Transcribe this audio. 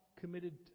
committed